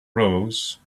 rose